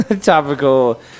topical